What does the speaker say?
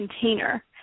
container